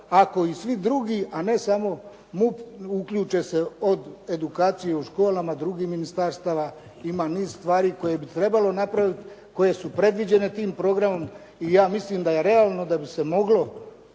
ako i svi drugi, a ne samo MUP, uključe se od edukacije u školama, drugih ministarstava. Ima niz stvari koje bi trebalo napravit, koje su predviđene tim programom i ja mislim da je realno da bi se moglo,